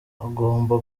ugomba